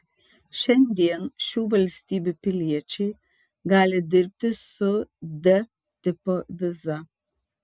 šiandien šių valstybių piliečiai gali dirbti su d tipo viza